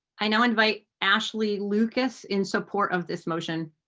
i now invite ashley lucas in support of this motion.